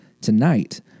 tonight